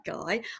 guy